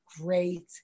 great